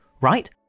right